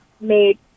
made